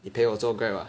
你陪我做 Grab lah